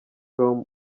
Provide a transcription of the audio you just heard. com